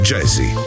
Jazzy